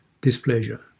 displeasure